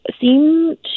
seem